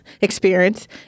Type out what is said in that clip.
experience